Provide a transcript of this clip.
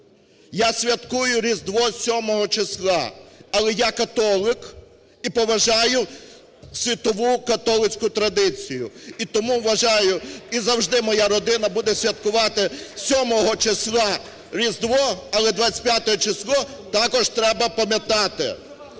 Я святкую Різдво 7 числа, але я католик і поважаю світову католицьку традицію. І тому вважаю, і завжди моя родина буде святкувати 7 числа Різдво, але 25 число також треба пам'ятати.